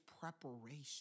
preparation